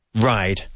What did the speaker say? ride